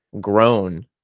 grown